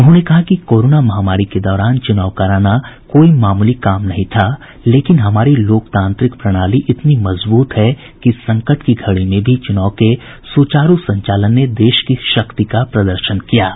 उन्होंने कहा कि कोरोना महामारी के दौरान चूनाव कराना कोई मामूली काम नहीं था लेकिन हमारी लोकतांत्रिक प्रणाली इतनी मजबूत है कि इस संकट की घडी में भी चुनाव के सुचारू संचालन ने देश की शक्ति का प्रदर्शन किया है